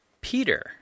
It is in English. Peter